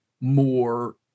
more